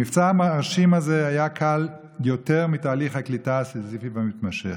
המבצע המרשים הזה היה קל יותר מתהליך הקליטה הסיזיפי והמתמשך.